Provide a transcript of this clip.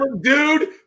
dude